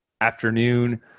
afternoon